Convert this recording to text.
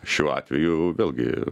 šiuo atveju vėlgi